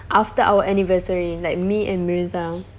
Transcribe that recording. after our anniversary like me and mirza